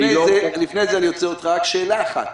אני עוצר אותך, לפני זה רק שאלה אחת: